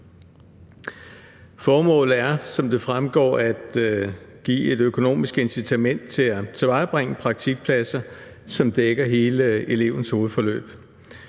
Formålet er, som det fremgår, at give et økonomisk incitament til at tilvejebringe praktikpladser, som dækker hele elevens hovedforløb.